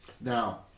Now